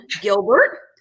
Gilbert